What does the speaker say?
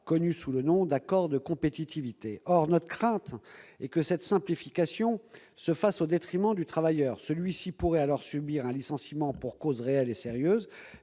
connus sous le nom d'« accords de compétitivité ». Or notre crainte est que cette simplification ne se fasse au détriment du travailleur : celui-ci pourrait alors subir un licenciement pour cause réelle et sérieuse